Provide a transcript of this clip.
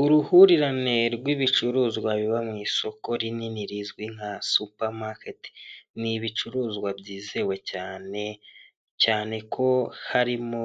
Uruhurirane rw'ibicuruzwa biba mu isoko rinini rizwi nka supamaketi, ni ibicuruzwa byizewe cyane cyane ko harimo